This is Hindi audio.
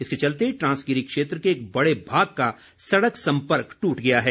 इसके चलते ट्रांसगिरी क्षेत्र के एक बड़े भाग का सड़क संपर्क टूट गया है